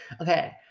Okay